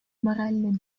моральный